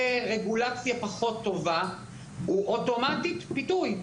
לרגולציה פחות טובה, הוא אוטומטית פיתוי.